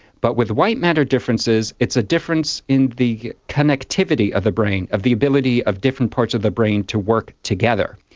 but with white matter differences it's a difference in the connectivity of the brain, of the ability of different parts of the brain to work together.